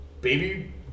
baby